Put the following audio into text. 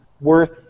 worth